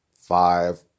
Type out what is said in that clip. Five